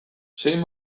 zein